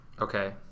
Okay